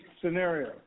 scenario